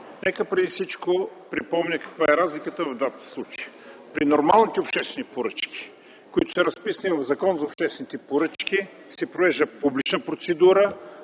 Нека преди всичко припомня каква е разликата в двата случая. При нормалните обществени поръчки, които са разписани в Закона за обществените поръчки, се провежда публична процедура.